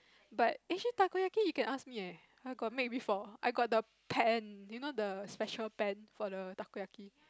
but actually Takoyaki you can ask me eh I got make before I got the pan you know the special pan for the Takoyaki